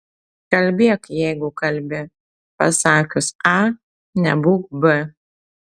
kalbėk jeigu kalbi pasakius a nebūk b